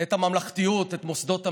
את הממלכתיות, את מוסדות המדינה,